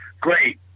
great